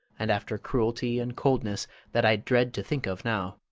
and after cruelty and coldness that i dread to think of now,